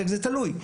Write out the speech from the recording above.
זה תלוי.